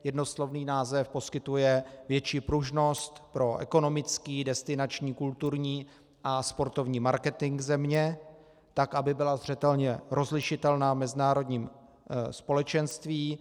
Jednoslovný název poskytuje větší pružnost pro ekonomický, destinační, kulturní a sportovní marketing země, tak aby byla zřetelně rozlišitelná v mezinárodním společenství.